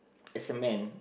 as a man